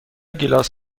گیلاس